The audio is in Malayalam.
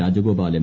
രാജഗോപാൽ എം